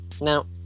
Now